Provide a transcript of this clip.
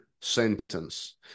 sentence